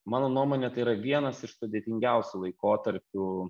mano nuomone tai yra vienas iš sudėtingiausių laikotarpių